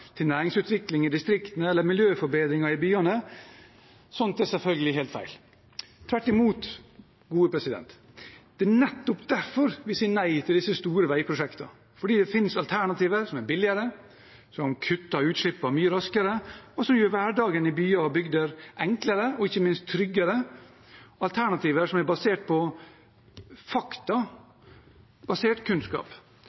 næringsutvikling i distriktene og miljøforbedringer i byene. Det er selvfølgelig helt feil. Det er tvert imot: Det er nettopp derfor vi sier nei til disse store veiprosjektene, fordi det finnes alternativer som er billigere, som kutter utslippene mye raskere, og som gjør hverdagen i byer og bygder enklere og ikke minst tryggere – alternativer som er basert på